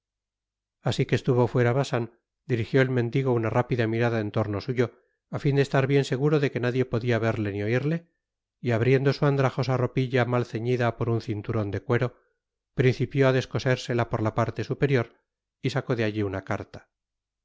asi que estuvo fuera bacin dirijió el mendigo una rápida mirada en torno suyo á fin de estar bien seguro de que nadie podia verle ni oirle y abriendo su andrajosa ropilla mal ceñida por un cinturon de cuero principió á descoserla por la parte superior y sacó de atli una carta